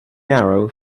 narrow